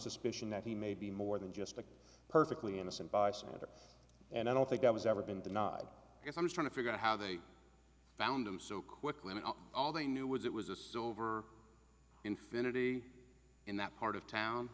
suspicion that he may be more than just a perfectly innocent bystander and i don't think that was ever been denied because i was trying to figure out how they found him so quickly and all they knew was it was a silver infinity in that part of town